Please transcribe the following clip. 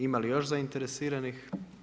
Ima li još zainteresiranih?